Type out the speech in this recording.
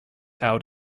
out